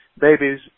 Babies